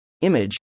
image